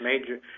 Major